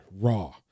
raw